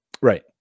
Right